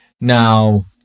Now